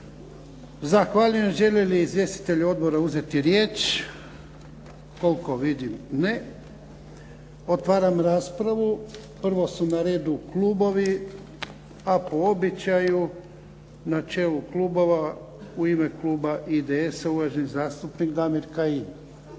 Zahvaljujem. Žele li izvjestitelji odbora uzeti riječ? Koliko vidim ne. Otvaram raspravu. Prvo su na redu klubovi. A po običaju, na čelu klubova, u ime kluba IDS-a uvaženi zastupnik Damir Kajin.